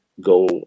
go